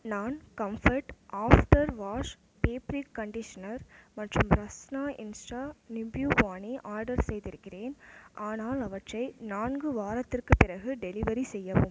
நான் comfort after wash fabric conditioner மற்றும் Rasna insta nimbu pani order செய்திருக்கிறேன் ஆனால் அவற்றை நான்கு வாரத்திற்குப் பிறகு டெலிவரி செய்யவும்